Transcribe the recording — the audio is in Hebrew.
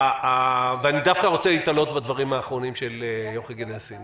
אני דווקא רוצה להיתלות בדברים האחרונים של יוכי גנסין.